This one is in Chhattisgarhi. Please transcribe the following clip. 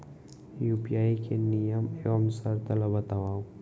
यू.पी.आई के नियम एवं शर्त ला बतावव